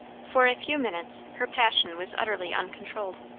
for a few minutes her passion was utterly uncontrolled.